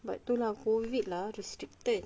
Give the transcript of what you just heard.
but tu lah COVID lah restricted